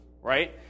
right